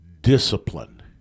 discipline